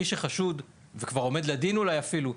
מי שחשוד וכבר עומד לדין אולי אפילו,